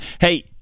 Hey